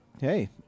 Hey